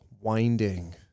winding